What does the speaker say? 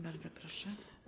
Bardzo proszę.